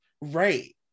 Right